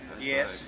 Yes